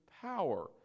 power